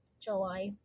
july